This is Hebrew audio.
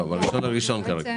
כרגע ב-1 בינואר.